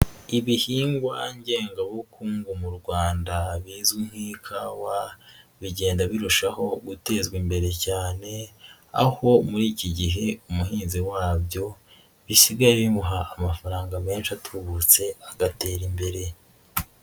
Ibihingwa ngengabukungu mu Rwanda binzwi nk'ikawa bigenda birushaho gutezwa imbere cyane, aho muri iki gihe umuhinzi wabyo bisigaye bimuha amafaranga menshi atubutse agatera imbere.